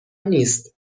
نیست